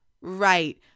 right